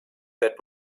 that